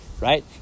Right